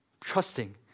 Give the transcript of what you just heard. trusting